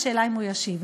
השאלה אם הוא ישיב.